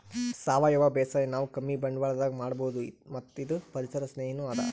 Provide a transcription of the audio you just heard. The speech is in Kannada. ಸಾವಯವ ಬೇಸಾಯ್ ನಾವ್ ಕಮ್ಮಿ ಬಂಡ್ವಾಳದಾಗ್ ಮಾಡಬಹುದ್ ಮತ್ತ್ ಇದು ಪರಿಸರ್ ಸ್ನೇಹಿನೂ ಅದಾ